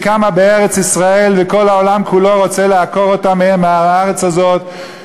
שקמה בארץ-ישראל וכל העולם כולו רוצה לעקור אותה מהארץ הזאת.